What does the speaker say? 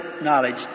knowledge